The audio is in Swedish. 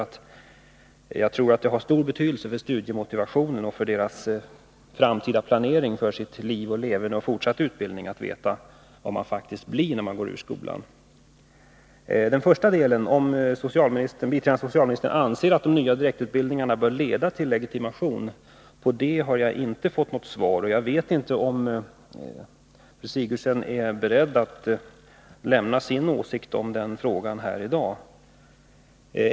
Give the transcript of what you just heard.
Jag tror nämligen att det har stor betydelse för elevernas studiemotivation och deras planering för sitt liv och leverne samt fortsatta utbildning att veta vad de blir när de har gått ut skolan. Den första delen av frågan, om biträdande socialministern anser att de nya direktutbildningarna bör leda till sjuksköterskelegitimation, har jag däremot inte fått något svar på. Jag vet inte heller om fru Sigurdsen är beredd att här i dag framföra sin åsikt i den frågan.